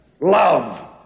love